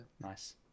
Nice